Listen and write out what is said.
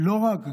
לא רק,